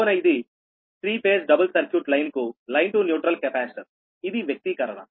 కావున ఇది 3 phase double circuit line కు లైన్ టు న్యూట్రల్ కెపాసిటెన్స్ఇది వ్యక్తీకరణ